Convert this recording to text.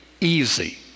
easy